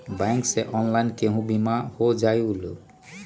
Bank से online केहु बिमा हो जाईलु?